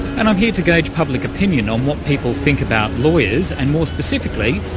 and i'm here to gauge public opinion on what people think about lawyers, and more specifically,